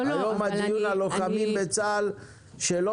היום הדיון הוא על לוחמים בצה"ל שלא